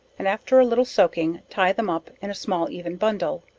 and after a little soaking, tie them up in small even bundles,